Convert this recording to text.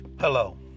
Hello